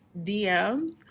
dms